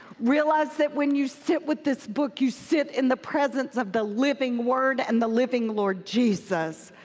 realize that when you sit with this book, you sit in the presence of the living word and the living lord jesus.